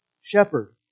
shepherd